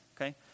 Okay